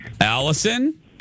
Allison